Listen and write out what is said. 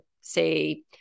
say